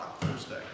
Thursday